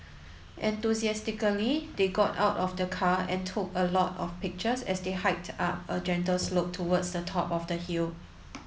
enthusiastically they got out of the car and took a lot of pictures as they hiked up a gentle slope towards the top of the hill